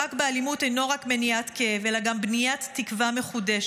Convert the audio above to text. המאבק באלימות אינו רק מניעת כאב אלא גם בניית תקווה מחודשת.